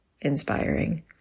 inspiring